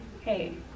hey